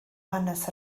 hanes